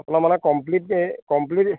আপোনাৰ মানে কমপ্লিট এই কমপ্লিট